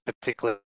particularly